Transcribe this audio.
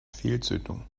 fehlzündung